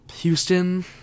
Houston